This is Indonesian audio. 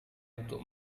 untuk